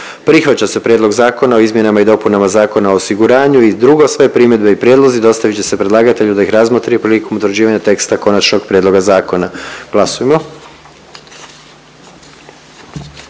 prihvaća se Prijedlog Zakona o izmjenama i dopunama Zakona o osiguranju i drugo, sve primjedbe i prijedlozi dostavit će se predlagatelju da ih razmotri prilikom utvrđivanja teksta konačnog prijedloga zakona. Glasujmo.